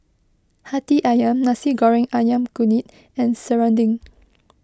Hati Ayam Nasi Goreng Ayam Kunyit and Serunding